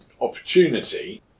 opportunity